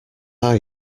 are